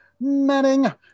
Manning